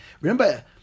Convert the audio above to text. remember